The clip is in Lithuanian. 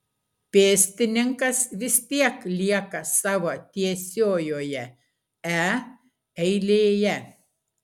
pėstininkas vis tiek lieka savo tiesiojoje e eilėje